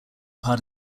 part